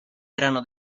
erano